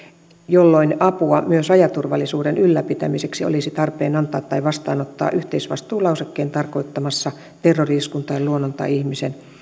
jolloin apua myös rajaturvallisuuden ylläpitämiseksi olisi tarpeen antaa tai vastaanottaa yhteisvastuulausekkeen tarkoittamassa terrori iskun tai luonnon tai ihmisen